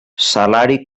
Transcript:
salari